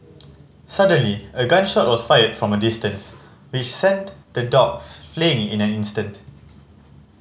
suddenly a gun shot was fired from a distance which sent the dogs fleeing in an instant